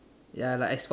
ya like as fast